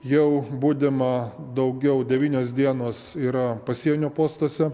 jau budima daugiau devynios dienos yra pasienio postuose